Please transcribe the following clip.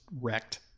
wrecked